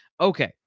Okay